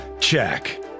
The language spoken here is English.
Check